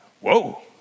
Whoa